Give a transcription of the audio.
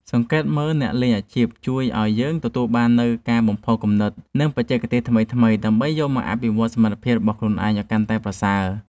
សង្កេតមើលអ្នកលេងអាជីពជួយឱ្យយើងទទួលបាននូវការបំផុសគំនិត និងបច្ចេកទេសថ្មីៗដើម្បីយកមកអភិវឌ្ឍសមត្ថភាពរបស់ខ្លួនឯងឱ្យកាន់តែប្រសើរ។